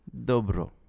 Dobro